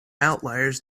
outliers